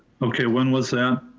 okay, when was that?